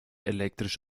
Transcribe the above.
elektrisch